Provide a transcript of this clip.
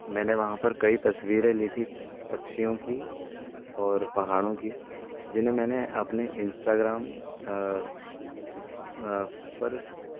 मैंने वहाँ पर कई तस्वीरें ली थी पक्षियों की और पहाड़ों की जिन्हें मैंने अपने इंस्टाग्राम उस पर्स